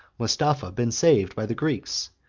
mustapha been saved by the greeks,